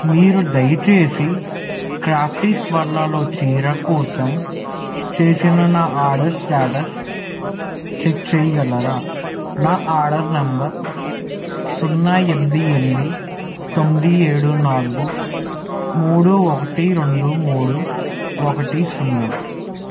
మీరు దయచేసి క్రాప్టీస్వర్లాలో చీర కోసం చేసిన నా ఆడర్స్ స్టేటస్ చెక్ చేయగలరా నా ఆడర్ నెంబర్ సున్నా ఎనిమిది ఎనిమిది తొమ్మిది ఏడు నాల్గు మూడు ఒకటి రెండు మూడు ఒకటి సున్నా